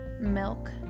milk